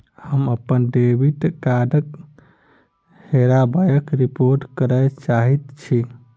हम अप्पन डेबिट कार्डक हेराबयक रिपोर्ट करय चाहइत छि